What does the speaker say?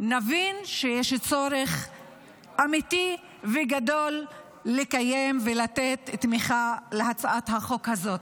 נבין שיש צורך אמיתי וגדול לקיים ולתת תמיכה להצעת החוק הזאת.